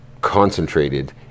concentrated